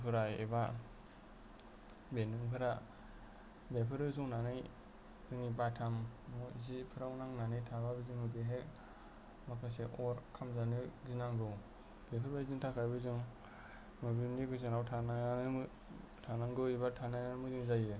थारफोरा एबा बेन्दोंफोरा बे फोरो ज'नानै जोंनि बाथाम न' जिफोराव नांनानै थाबा जोङो बेहाय माखासे अर खामजानो गिनांगौ बेफोरबादिनि थाखायबो जों मोब्लिबनि गोजानाव थानांगौ एबा थानायानो मोजां जायो